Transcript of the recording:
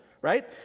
right